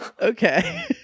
Okay